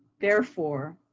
therefore,